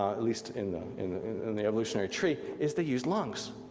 at least in the in and the evolutionary tree, is they use lungs.